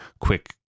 quick